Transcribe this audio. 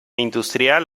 industrial